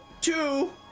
Two